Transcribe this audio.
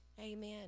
Amen